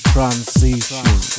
Transition